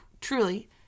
truly